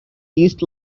east